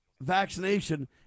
vaccination